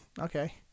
Okay